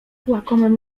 łakomym